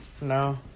No